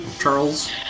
Charles